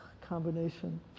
combination